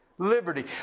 Liberty